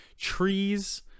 trees